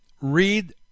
Read